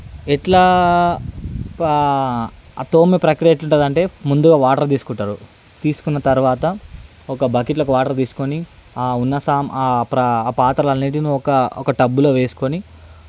ఎట్లా ఆ తోమే ప్రక్రియ ఎట్లుంటుంది అంటే ముందుగా వాటర్ తీసుకుంటారు తీసుకున్న తర్వాత ఒక బకెట్లకు వాటర్ తీసుకొని ఆ ఉన్న సామాను ఆ పాత్రలన్నిటిని ఒక ఒక టబ్లో వేసుకొని